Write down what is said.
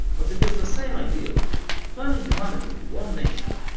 but it is the same ideal turning humanity into one nation,